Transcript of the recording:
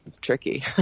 Tricky